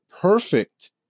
perfect